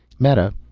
meta,